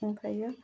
ओमफायो